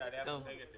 אני